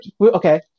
Okay